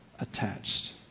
attached